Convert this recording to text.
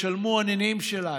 ישלמו הנינים שלנו.